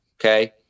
okay